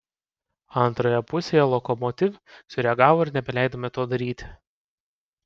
antroje pusėje lokomotiv sureagavo ir nebeleidome to daryti